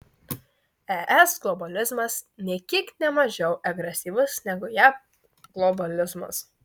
es globalizmas nė kiek ne mažiau agresyvus negu jav globalizmas